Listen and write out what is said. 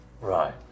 Right